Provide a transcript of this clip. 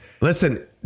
Listen